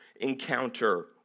encounter